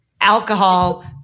alcohol